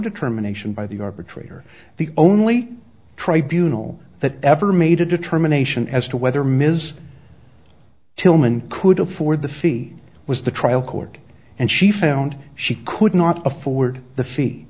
determination by the arbitrator the only tribunals that ever made a determination as to whether ms tilman could afford the fee was the trial court and she found she could not afford the fee